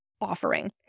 offering